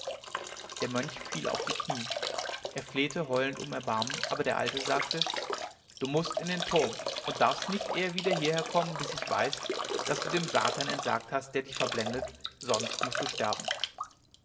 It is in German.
der mönch fiel auf die knie er flehte heulend um erbarmen aber der alte sagte du mußt in den turm und darfst nicht eher wieder hieher kommen bis ich weiß daß du dem satan entsagt hast der dich verblendet sonst mußt du sterben